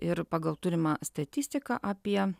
ir pagal turimą statistiką apie